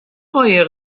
قایق